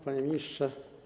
Panie Ministrze!